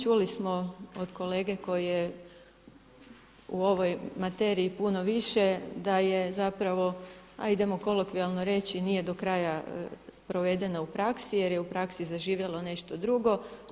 Čuli smo od kolege koji je u ovoj materiji puno više da je zapravo a idemo kolokvijalno reći nije do kraja provedena u praksi jer je u praksi zaživjelo nešto drugo.